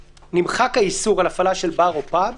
נמחק האיסור על הפעלה של בר או פאב.